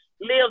live